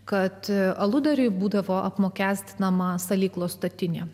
kad aludariai būdavo apmokestinama salyklo statinė